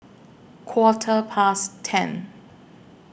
Quarter Past ten